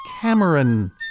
Cameron